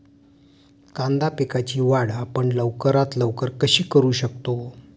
कांदा पिकाची वाढ आपण लवकरात लवकर कशी करू शकतो?